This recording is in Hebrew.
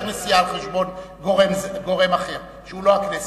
נסיעה על-חשבון גורם אחר שהוא לא הכנסת.